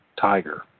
tiger